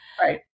Right